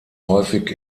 häufig